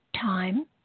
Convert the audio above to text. Time